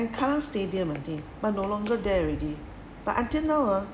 at kallang3 stadium I think but no longer there already but until now ah